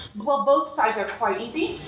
well, both sides are quite easy,